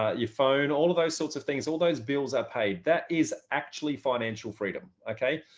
ah your phone, all of those sorts of things, all those bills are paid, that is actually financial freedom, okay?